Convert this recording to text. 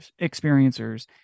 experiencers